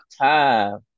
time